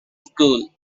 school